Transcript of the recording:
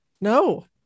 no